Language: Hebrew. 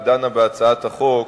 דנה בהצעת החוק,